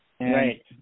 Right